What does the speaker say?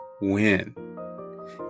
win